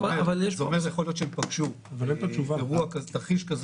זה אומר שיכול להיות שהם פגשו תרחיש כזה